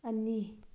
ꯑꯅꯤ